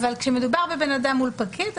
כשמדובר בבן אדם מול פקיד,